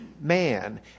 man